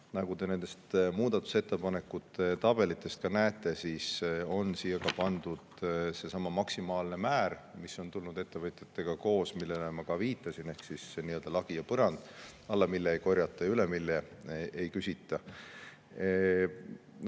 Nagu te nendest muudatusettepanekute tabelitest näete, on siia pandud ka seesama maksimaalne määr, mis on [määratud] ettevõtjatega koos, millele ma ka viitasin, ehk on nii-öelda lagi ja põrand, alla mille ei korjata ja üle mille ei küsita.